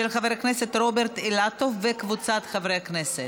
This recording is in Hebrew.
של חבר הכנסת רוברט אילטוב וקבוצת חברי הכנסת.